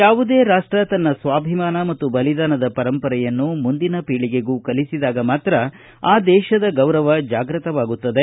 ಯಾವುದೇ ರಾಷ್ಟ ತನ್ನ ಸ್ವಾಭಿಮಾನ ಮತ್ತು ಬಲಿದಾನದ ಪರಂಪರೆಯನ್ನು ಮುಂದಿನ ಪೀಳಿಗೆಗೂ ಕಲಿಸಿದಾಗ ಮಾತ್ರ ಆ ದೇಶದ ಗೌರವ ಜಾಗೃತವಾಗುತ್ತದೆ